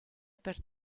per